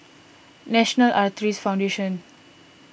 National Arthritis Foundation